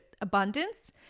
abundance